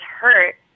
hurt